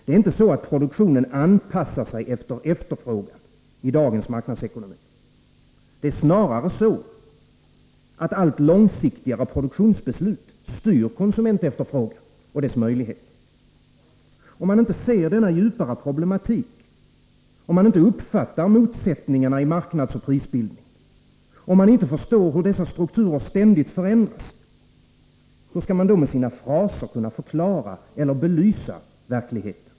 Det är inte så att produktionen anpassar sig efter efterfrågan i dagens marknadsekonomier. Det är snarare så att allt långsiktigare produktionsbeslut styr konsumentefterfrågan och dess möjligheter. Om man inte ser denna djupare problematik, om man inte uppfattar motsättningarna i marknadsoch prisbildningen, om man inte förstår hur dessa strukturer ständigt förändras — hur skall man då med sina fraser kunna förklara eller belysa verkligheten?